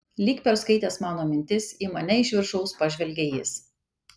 lyg perskaitęs mano mintis į mane iš viršaus pažvelgė jis